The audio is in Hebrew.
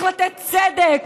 צריך לתת צדק.